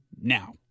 now